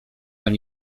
ten